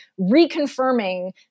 reconfirming